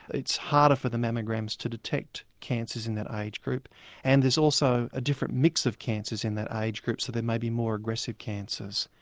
it's harder for the mammograms to detect cancers in that age group and there's also a different mix of cancers in that age group, so there may be more aggressive cancers.